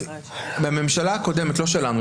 הממשלה הקודמת לא שלנו,